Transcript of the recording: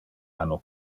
anno